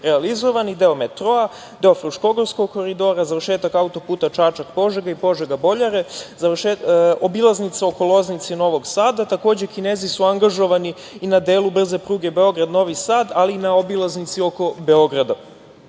realizovani. Deo metroa, deo Fruškogorskog koridora, završetak auto-puta Čačak-Požega i Požega-Boljare, obilaznica oko Loznice i Novog Sada. Takođe, Kinezi su angažovani i na delu brze pruge Beograd-Novi Sad, ali i na obilaznici oko Beograda.